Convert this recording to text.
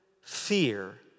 fear